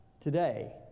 today